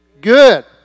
Good